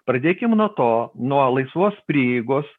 pradėkim nuo to nuo laisvos prieigos